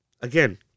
again